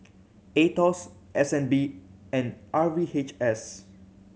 Aetos S N B and R V H S